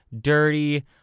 dirty